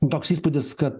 nu toks įspūdis kad